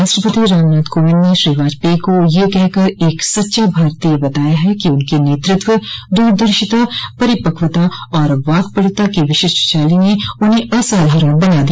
राष्ट्रपति रामनाथ कोविंद ने श्री वाजपेयी को यह कहकर एक सच्चा भारतीय बताया है कि उनके नेतृत्व दूरदर्शिता परिपक्वता और वाकपटुता की विशिष्ट शैली ने उन्हें असाधारण बना दिया